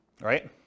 right